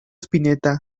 spinetta